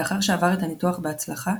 לאחר שעבר את הניתוח בהצלחה,